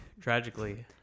tragically